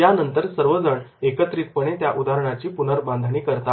यानंतर सर्वजण एकत्रितपणे त्या उदाहरणाची पुनर्बांधणी करतात